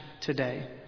today